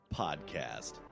podcast